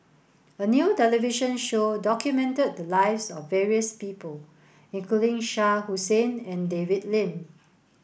a new television show documented the lives of various people including Shah Hussain and David Lim